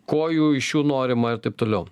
ko jų iš jų norima ir taip toliau